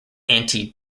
anti